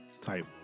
type